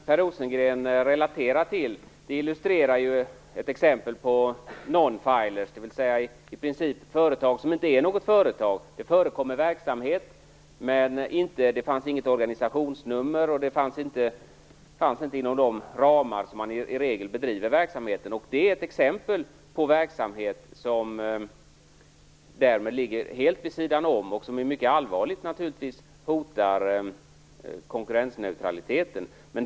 Herr talman! Det fall som Per Rosengren relaterar till är ett exempel på "noll-filers", dvs. företag som i princip inte är företag. Det förekommer verksamhet, men det finns inget organisationsnummer, och man finns inte inom de ramar där verksamhet i regel bedrivs. Det är ett exempel på verksamhet som ligger helt vid sidan om det lagliga och som naturligtvis mycket allvarligt hotar konkurrensneutraliteten.